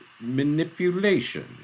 manipulation